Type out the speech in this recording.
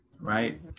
right